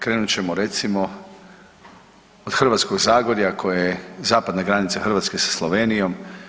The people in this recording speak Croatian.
Krenut ćemo recimo od Hrvatskog zagorja koje je zapadna granica Hrvatske sa Slovenijom.